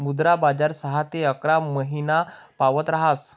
मुद्रा बजार सहा ते अकरा महिनापावत ऱहास